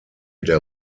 der